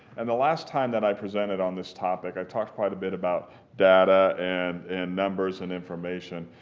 and the last time that i presented on this topic, i talked quite a bit about data and and numbers and information.